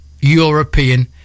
European